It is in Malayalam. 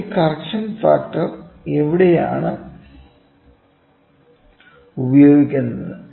ഇപ്പോൾ ഈ കറക്ഷൻ ഫാക്ടർ എവിടെയാണ് ഉപയോഗിക്കുന്നത്